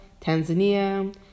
Tanzania